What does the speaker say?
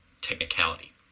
technicality